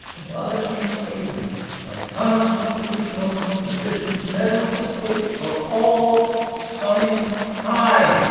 abolishing slavery by constitutional provision settles the fate for all coming time.